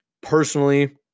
personally